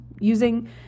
using